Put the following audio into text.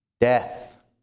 death